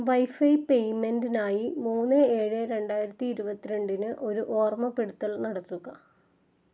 wifi പേയ്മെൻ്റിനായി മൂന്ന് ഏഴ് രണ്ടായിരത്തി ഇരുപത്തി രണ്ടിന് ഒരു ഓർമ്മപ്പെടുത്തൽ നടത്തുക